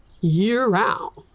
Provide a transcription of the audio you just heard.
year-round